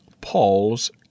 Paul's